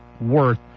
worth